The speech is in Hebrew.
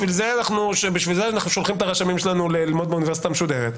בשביל זה אנחנו שולחים את הרשמים שלנו ללמוד באוניברסיטה המשודרת.